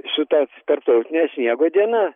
su ta tarptautine sniego diena